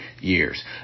years